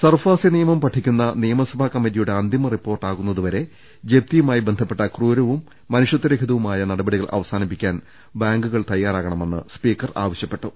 SARFAESI നിയമം പഠിക്കുന്ന നിയമസഭാ കമ്മിറ്റിയുടെ അന്തിമ റിപ്പോർട്ട് ആകുന്നതു വരെ ജപ്തിയുമായി ബന്ധപ്പെട്ട ക്രൂർവും മനുഷൃത്വരഹിതവുമായ നടപടി കൾ അവസാനിപ്പിക്കാൻ ബാങ്കുകൾ തയ്യാറാകണമെന്ന് സ്പീക്കർ ആവ ശൃപ്പെട്ടു